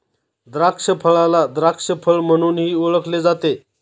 द्राक्षफळाला द्राक्ष फळ म्हणूनही ओळखले जाते